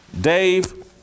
Dave